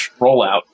rollout